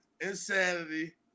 Insanity